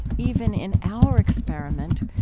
even in our experiment,